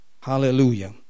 hallelujah